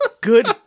Good